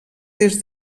des